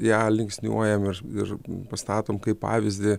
ją linksniuojam ir ir pastatom kaip pavyzdį